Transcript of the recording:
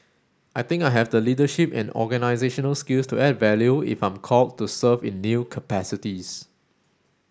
I think I have the leadership and organisational skills to add value if I'm called to serve in new capacities